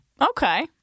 Okay